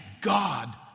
God